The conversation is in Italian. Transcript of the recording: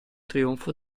trionfo